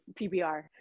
PBR